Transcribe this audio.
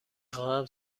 خواهم